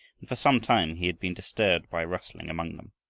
and for some time he had been disturbed by a rustling among them.